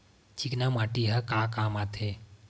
चिकना माटी ह का काम आथे?